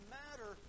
matter